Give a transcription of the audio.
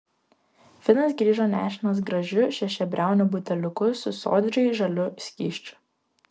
finas grįžo nešinas gražiu šešiabriauniu buteliuku su sodriai žaliu skysčiu